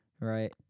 right